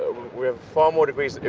we have far more degrees,